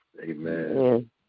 Amen